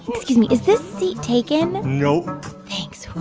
excuse me. is this seat taken? nope thanks.